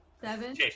Seven